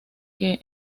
que